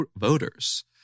voters